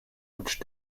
which